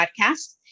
podcast